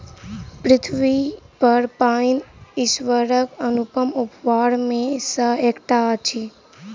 पृथ्वीपर पाइन ईश्वरक अनुपम उपहार मे सॅ एकटा अछि